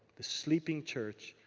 the sleeping church,